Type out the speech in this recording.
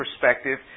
perspective